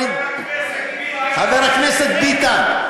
חבר הכנסת ביטן,